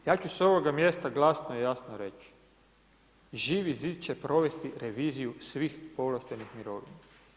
Ja ću sa ovoga mjesta glasno i jasno reći, Živi zid će provesti reviziju svih povlaštenih mirovina.